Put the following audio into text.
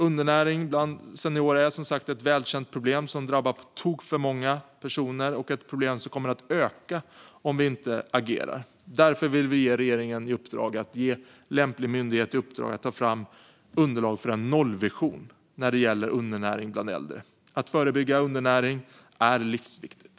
Undernäring bland seniorer är, som sagt, ett välkänt problem som drabbar på tok för många personer, och det är ett problem som kommer att öka om vi inte agerar. Därför vill vi ge regeringen i uppdrag att ge lämplig myndighet i uppdrag att ta fram underlag för en nollvision när det gäller undernäring bland äldre. Att förebygga undernäring är livsviktigt.